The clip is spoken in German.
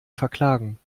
verklagen